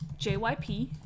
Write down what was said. JYP